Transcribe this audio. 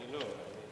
אני לא.